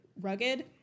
rugged